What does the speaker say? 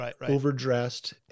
overdressed